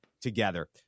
together